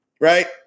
right